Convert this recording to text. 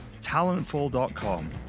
talentful.com